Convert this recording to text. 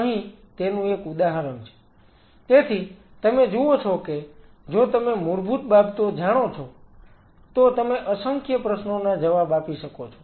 અહીં તેનું એક ઉદાહરણ છે તેથી તમે જુઓ છો કે જો તમે મૂળભૂત બાબતો જાણો છો તો તમે અસંખ્ય પ્રશ્નોના જવાબ આપી શકો છો